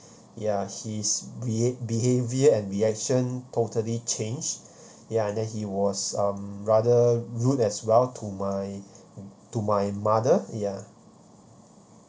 ya his beha~ behaviour and reaction totally change ya and then he was um rather rude as well to my to my mother ya